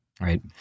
Right